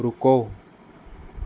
ਰੁਕੋ